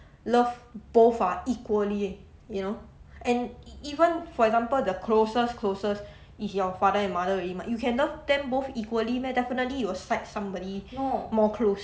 love both ah equally you know and e~ even for example the closest closest is your father and mother already mah you can love them both equally meh definitely you will side somebody more close